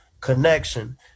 connection